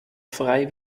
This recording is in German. frei